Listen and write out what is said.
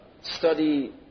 study